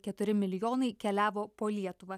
keturi milijonai keliavo po lietuvą